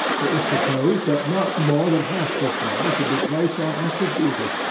it was proposed that not more than half this number should be placed on active duty,